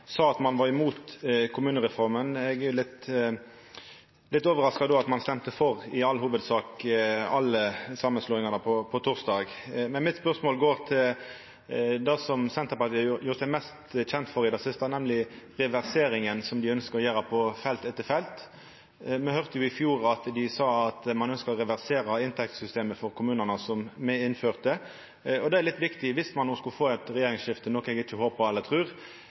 sa at ein var imot kommunereforma. Eg er då litt overraska over at ein i all hovudsak røysta for alle samanslåingane på torsdag. Mitt spørsmål går på det som Senterpartiet har gjort seg mest kjent for i det siste, nemleg reverseringa som dei ønskjer å gjera på felt etter felt. Me høyrde jo i fjor at dei sa at ein ønskte å reversera inntektssystemet for kommunane som me innførte. Og dette er litt viktig: Dersom me skulle få eit regjeringsskifte, noko eg ikkje håpar eller trur,